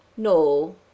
No